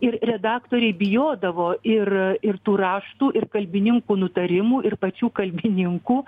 ir redaktoriai bijodavo ir ir tų raštų ir kalbininkų nutarimų ir pačių kalbininkų